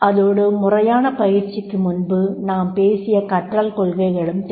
அதோடு முறையான பயிற்சிக்கு முன்பு நாம் பேசிய கற்றல் கொள்கைகளும் தேவை